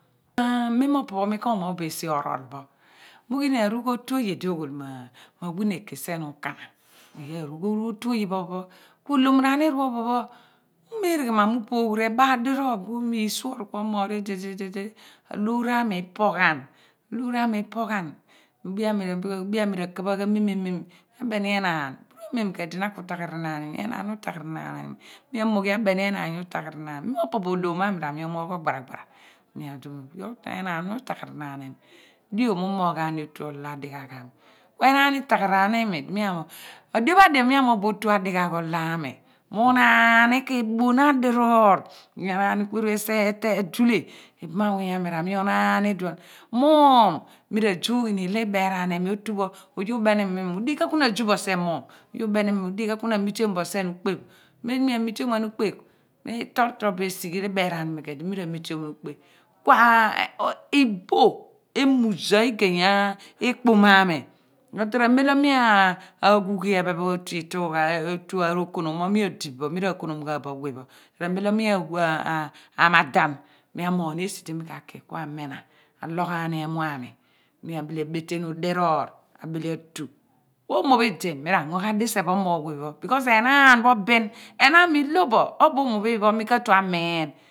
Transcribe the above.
Aamem mo opo pho mi k/omogh bo esi orol pho mi ughi arugh otu oye di oghol ma nweneke sien okana mi aghi arugh oyu oye pho phon pho ku olom ra niir pho phon pho umereghan ma mi upoghu rebal diroor ku omigh suor ku omoor idi di di di aloor ami ipo ghan aloor ami ipoghan ku obioh ami ra ka pha ghen mame mem mi abeni enaan nura mem ku edi na ku tagharanaani imi, mi amoghi abeni enaan mo utagharanaani mi mem mo opo pho olom ami ra mi umogh ogbara gbara ku enaan utaghara naani imi dio mi umoghani otu ota dighaagh ami ku enaan itagharan ni imi di mi amogh u dio pha di phe pho mi amogh bo otu adighaagh olo ami mi unaani ke boonh adiroor ku mi anaani ku eru ejighi teeny dule ibamanmuny ai rami ohaani iduon mum mi ra zu ghi ilo iberaan ni ili beraan imi otu pho oye u/beni mo udika kia na azu bo sien mum oye u/beni imi mo udika ku na amitiom bo sien ukpe mem di mi amitiomaani ukpe torotoro bo esi biberaan imi ku edi mira mitioni ghan ukpe ku iboh emuza igeya ekpam ami toro amem mi aghughi ephe pho otu itugha otu arokonom mo mi odi bo mi ra konom gh bo we pho ra mem lo mi mi amoghami esi di mika ki ku amina aloghaani emuami mi abile abetenu diriir abile atu ku oomo ho idi mi ra ango ghan diseph oouwgh we pho b/kos enaan pho bin enaan i lo bo obo oomo phi phen mi ka tue amiin.